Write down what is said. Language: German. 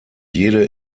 jede